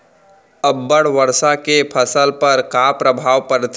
अब्बड़ वर्षा के फसल पर का प्रभाव परथे?